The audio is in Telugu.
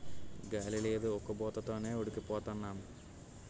గాలి లేదు ఉక్కబోత తోనే ఉడికి పోతన్నాం